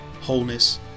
wholeness